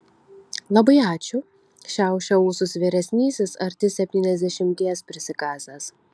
labai ačiū šiaušia ūsus vyresnysis arti septyniasdešimties prisikasęs